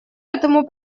этому